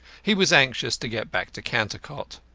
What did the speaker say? he was anxious to get back to cantercot.